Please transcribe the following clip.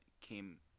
came